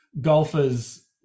golfers